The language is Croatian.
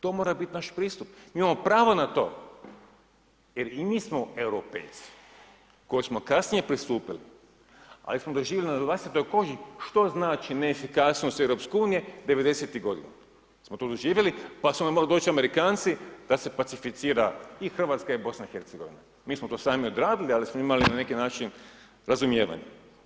To mora biti naš pristup, mi imamo pravo na to jer i mi smo Europejci koji smo kasnije pristupili, ali smo doživjeli na vlastitoj koži što znači neefikasnost EU 90-tih godina, smo to doživjeli, pa su nam došli Amerikanci da se pacificira i RH i BiH, mi smo to sami odradili, ali smo imali na neki način razumijevanja.